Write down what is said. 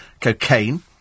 cocaine